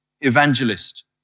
evangelist